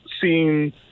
seen